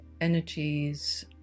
energies